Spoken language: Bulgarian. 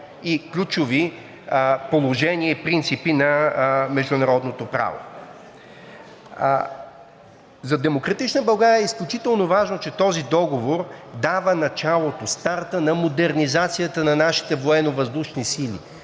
и ключови положения и принципи на международното право. За „Демократична България“ е изключително важно, че този договор дава началото, старта на модернизацията на нашите военновъздушни сили.